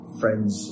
friends